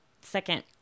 second